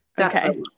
Okay